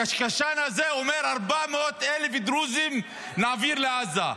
הקשקשן הזה אומר: 400,000 דרוזים נעביר לעזה.